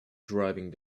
driving